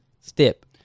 step